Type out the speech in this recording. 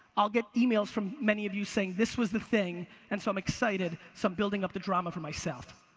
i'll get emails from many of you saying this was the thing, and so i'm excited, so i'm building up the drama for myself.